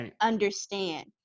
understand